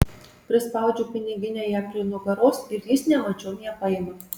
prispaudžiu piniginę jam prie nugaros ir jis nemačiom ją paima